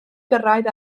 gyrraedd